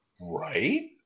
Right